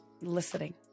Listening